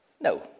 No